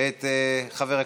את חברת